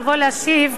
לבוא להשיב,